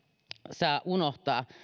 saa unohtaa